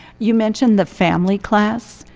you mention the family class,